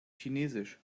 chinesisch